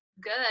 good